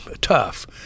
tough